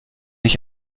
ich